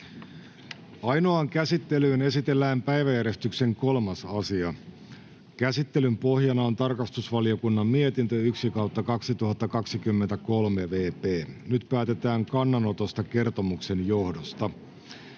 Ainoaan käsittelyyn esitellään päiväjärjestyksen 3. asia. Käsittelyn pohjana on tarkastusvaliokunnan mietintö TrVM 1/2023 vp. Nyt päätetään kannanotosta kertomuksen johdosta.